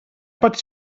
pots